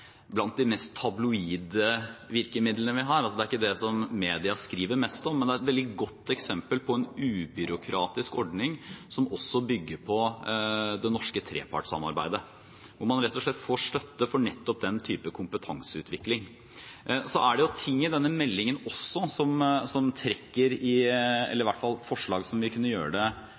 blant de mest tabloide virkemidlene vi har. Det er ikke det media skriver mest om, men det er et veldig godt eksempel på en ubyråkratisk ordning som også bygger på det norske trepartssamarbeidet. Man får rett og slett støtte for nettopp den typen kompetanseutvikling. Meldingen åpner også for forslag som vil kunne gjøre det